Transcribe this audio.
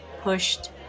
pushed